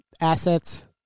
assets